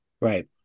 Right